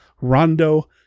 rondo